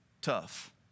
tough